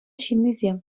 ҫыннисем